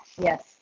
Yes